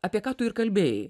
apie ką tu ir kalbėjai